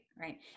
right